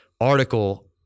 article